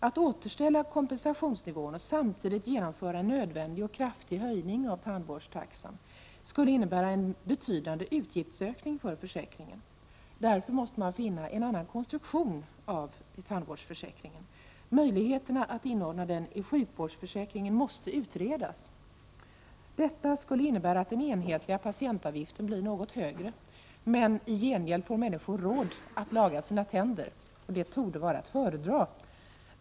Att återställa kompensationsnivån och samtidigt genomföra en nödvändig och kraftig höjning av tandvårdstaxan skulle innebära en betydande utgiftsökning för försäkringen. Man måste därför finna en annan konstruktion för tandvårdsförsäkringen. Möjligheterna att inordna den i sjukvårdsförsäkringen måste utredas. Detta skulle innebära att den enhetliga patientavgiften blir något högre, men i gengäld får människor råd att laga sina tänder. Detta torde vara att föredra.